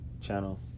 channel